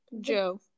Joe